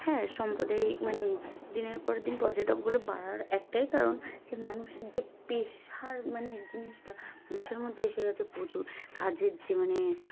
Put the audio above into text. হ্যাঁ সাম্প্রদায়িক মানে দিনের পর দিন পর্যটকগুলো বাড়ার একটাই কারণ যে মানুষের যে পেশার মানে জিনিসটা মানুষের মধ্যে এসে গেছে প্রচুর কাজের যে মানে